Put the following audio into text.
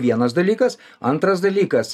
vienas dalykas antras dalykas